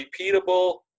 repeatable